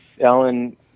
Alan